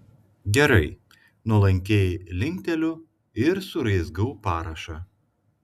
gerai nuolankiai linkteliu ir suraizgau parašą